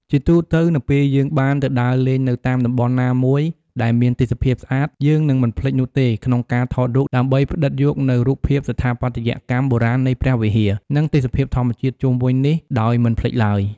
ជាទូរទៅនៅពេលយើងបានទៅដើរលេងនៅតាមតំបន់ណាមួយដែរមានទេសភាពស្អាត យើងនឹងមិនភ្លេចនោះទេក្នុងការថតរូបដើម្បីផ្តិតយកនូវរូបភាពស្ថាបត្យកម្មបុរាណនៃព្រះវិហារ និងទេសភាពធម្មជាតិជុំវិញនេះដោយមិនភ្លេចឡើយ ។